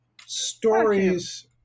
Stories